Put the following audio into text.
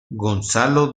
gonzalo